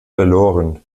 verloren